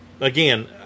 again